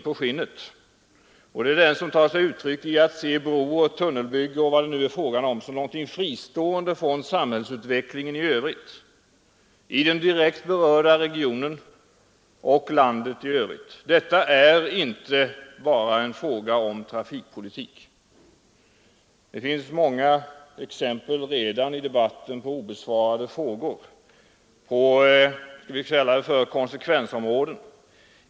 Det är den som tar sig uttryck i att man ser brobygge och tunnelbygge och vad det nu är fråga om som någonting fristående från samhällsutvecklingen i övrigt — i den direkt berörda regionen och i övriga landet. Detta är inte bara en fråga om trafikpolitik. Det finns många exempel redan i debatten på obesvarade frågor inom låt mig kalla det konsekvensområdena.